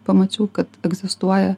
pamačiau kad egzistuoja